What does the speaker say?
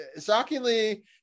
shockingly